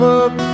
up